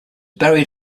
buried